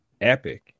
epic